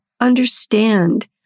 Understand